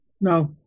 No